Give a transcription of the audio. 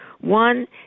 One